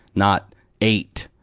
not eight.